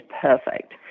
perfect